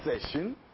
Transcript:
session